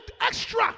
extra